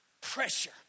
pressure